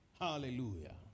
Hallelujah